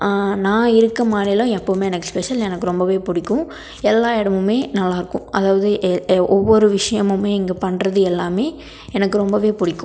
நான் இருக்கற மாநிலம் எப்பவுமே எனக்கு ஸ்பெஷல் எனக்கு ரொம்பவே பிடிக்கும் எல்லா இடமுமே நல்லா இருக்கும் அதாவது ஒவ்வொரு விஷயமுமே இங்கு பண்ணுறது எல்லாமே எனக்கு ரொம்பவே பிடிக்கும்